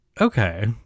okay